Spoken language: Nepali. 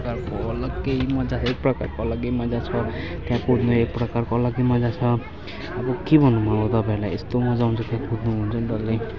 एक प्रकारको अलग्गै मज्जा एक प्रकारको अलग्गै मज्जा छ त्यहाँ कुद्नु एक प्रकारको अलग्गै मज्जा छ अब के भनौँ अब तपाईँहरूलाई यस्तो मज्जा आउँछ त्यहाँ कुद्नु हुन्छ नि डल्लै